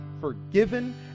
forgiven